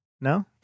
No